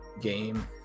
game